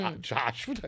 Josh